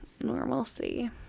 normalcy